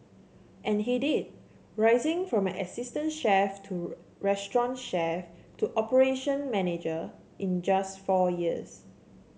and he did rising from an assistant chef to restaurant chef to operation manager in just four years